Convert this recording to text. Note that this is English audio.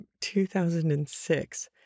2006